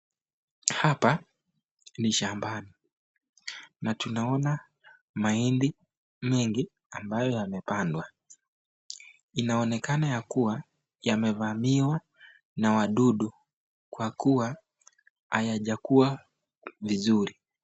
Hapa ni shambani, na tunaona mahindi mengi ambayo yamepangwa. inaonekana yakuwa yamevamiwa na wadudu kwa kuwa hayajakuwa vizuri.